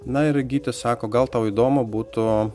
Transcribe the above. na ir gytis sako gal tau įdomu būtų